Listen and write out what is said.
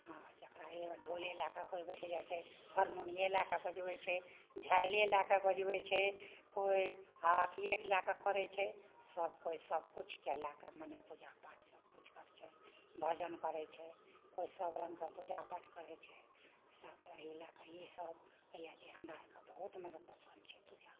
हँ जकरा जे होए ढोले लए कऽ केओ बैठ जाइत छै हरमुनिये लए कऽ बजबैत छै झालिए लए कऽ बजबैत छै केओ हाथिए लए कऽ करैत छै सब केओ सबकिछुके लए कऽ मने पूजापाठ सबकिछु करैत छै भजन करैत छै केओ सब रङ्गके पूजापाठ करैत छै सब एहि लए कऽ ई सब होइया जे हमरा आरके बहुत मने पसंद छै पूजा